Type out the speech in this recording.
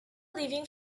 leaving